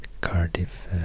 Cardiff